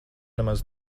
nemaz